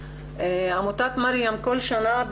עמותת "מרים" כל שנה,